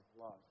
love